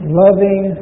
loving